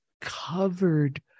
covered